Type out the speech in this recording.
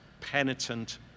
penitent